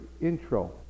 intro